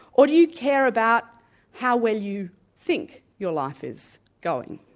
or do you care about how well you think your life is going?